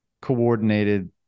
coordinated